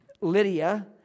Lydia